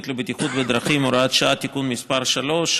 לבטיחות בדרכים (הוראת שעה) (תיקון מס' 3),